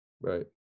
Right